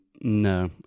No